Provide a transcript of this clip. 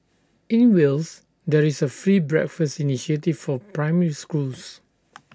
in Wales there is A free breakfast initiative for primary schools